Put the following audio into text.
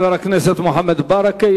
תודה לחבר הכנסת מוחמד ברכה.